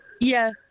Yes